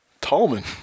Tolman